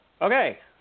Okay